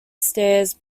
stairs